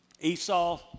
Esau